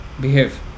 behave